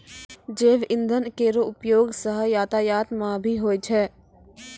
जैव इंधन केरो उपयोग सँ यातायात म भी होय छै